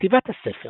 כתיבת הספר